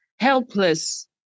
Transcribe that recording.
Helpless